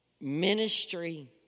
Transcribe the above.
Ministry